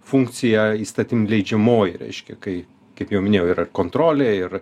funkcija įstatymleidžiamoji reiškia kai kaip jau minėjau yra ir kontrolė ir